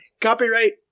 Copyright